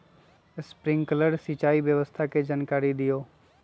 Sprinkler सिंचाई व्यवस्था के जाकारी दिऔ?